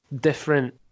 different